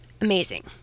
amazing